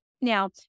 now